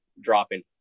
dropping